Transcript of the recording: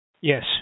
Yes